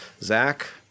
zach